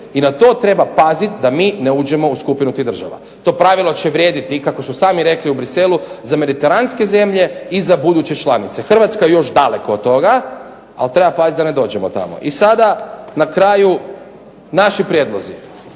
I na to treba paziti da mi ne uđemo u skupinu tih država. To pravilo će vrijediti i kako su sami rekli u Bruxellesu za mediteranske zemlje i za buduće članice. Hrvatska je još daleko od toga, ali treba paziti da ne dođemo tamo. I sada na kraju naši prijedlozi.